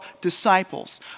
disciples